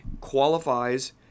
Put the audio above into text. qualifies